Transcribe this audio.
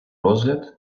розгляд